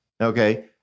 okay